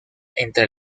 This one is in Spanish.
entre